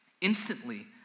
Instantly